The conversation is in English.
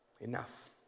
Enough